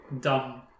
dumb